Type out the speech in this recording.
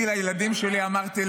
אני לילדים שלי אמרתי,